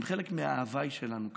הם חלק מההווי שלנו כאן.